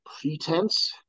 pretense